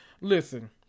Listen